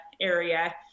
area